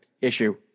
issue